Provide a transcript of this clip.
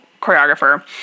choreographer